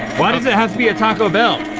why does it have to be a taco bell?